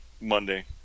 Monday